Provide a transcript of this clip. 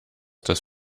dass